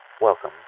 Welcome